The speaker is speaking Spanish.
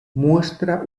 muestra